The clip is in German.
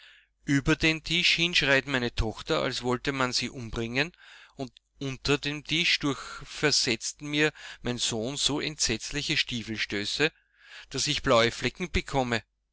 über den tisch hin schreit meine tochter als wollte man sie umbringen und unter dem tisch durch versetzt mir mein sohn so entsetzliche stiefelstöße daß ich blaue flecken bekomme